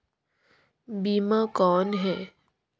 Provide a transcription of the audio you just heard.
बीमा कौन है?